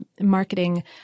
marketing